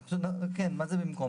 כן, מה זה במקום?